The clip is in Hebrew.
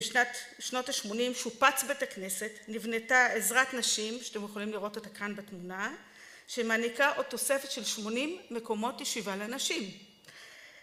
בשנות ה-80, שופץ בית הכנסת, נבנתה עזרת נשים, שאתם יכולים לראות אותה כאן בתמונה, שמעניקה עוד תוספת של 80 מקומות ישיבה לנשים.